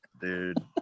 dude